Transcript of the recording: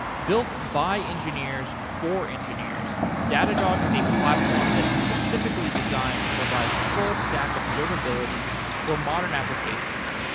built by engineers for engineers, datadog is a platform that's specifically designed to provide full stack observability for modern applications.